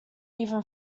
even